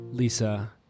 Lisa